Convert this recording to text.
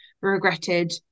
regretted